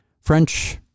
French